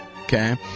okay